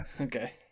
Okay